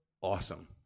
awesome